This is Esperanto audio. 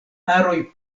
aroj